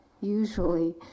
usually